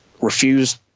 refused